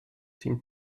team